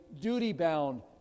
duty-bound